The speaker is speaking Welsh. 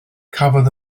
cafodd